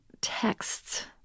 texts